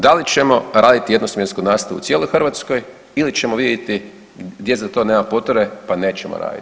Da li ćemo raditi jedno smjensku nastavu u cijeloj Hrvatskoj ili ćemo vidjeti gdje za to nema potrebe, pa nećemo raditi.